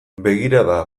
begirada